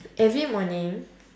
every morning